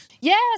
Yes